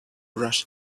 rush